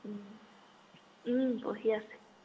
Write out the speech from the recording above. পঢ়ি আছে